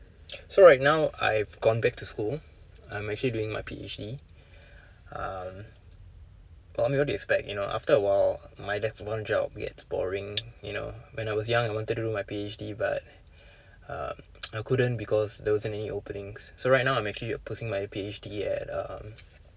so right now I've gone back to school I'm actually doing my P_H_D um I mean what do you expect you know after a while my that's one job gets boring you know when I was young I want to do my P_H_D but um I couldn't because there wasn't any openings so right now I'm actually uh pursuing my P_H_D at um